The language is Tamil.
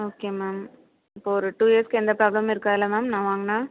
ஓகே மேம் இப்போது ஒரு டு இயர்ஸ்க்கு எந்த ப்ராப்ளமும் இருக்காதுல மேம் நான் வாங்குனால்